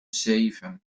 zeven